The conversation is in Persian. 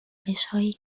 روشهایی